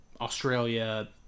Australia